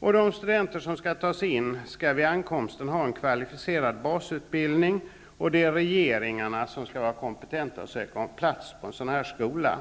De studenter som tas in skall vid ankomsten ha en kvalificerad basutbildning, och det är regeringarna som skall ansöka om plats på skolan.